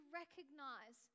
recognize